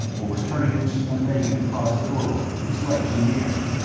overturning it and laying it across the doorway, its legs in the air.